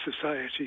society